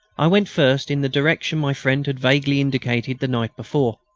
i went first in the direction my friend had vaguely indicated the night before.